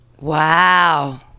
Wow